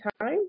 time